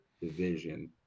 division